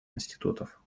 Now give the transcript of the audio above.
институтов